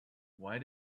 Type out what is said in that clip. why